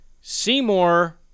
Seymour